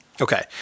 okay